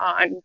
on